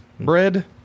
Bread